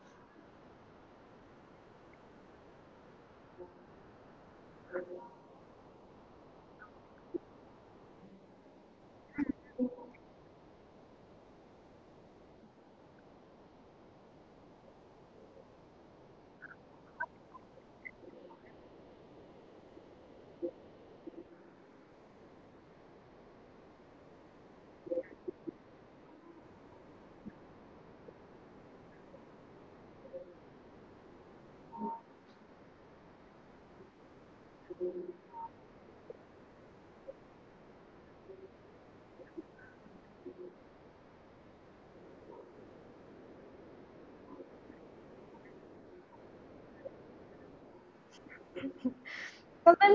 sometimes